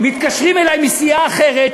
מתקשרים אלי מסיעה אחרת,